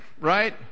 right